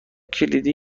کلیدی